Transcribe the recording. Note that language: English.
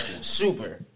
Super